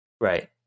Right